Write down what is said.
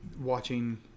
watching